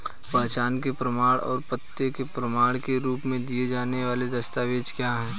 पहचान के प्रमाण और पते के प्रमाण के रूप में दिए जाने वाले दस्तावेज क्या हैं?